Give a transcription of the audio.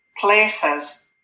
places